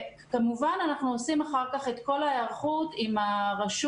כמובן שאנחנו עושים אחר כך את כל ההיערכות עם הרשות.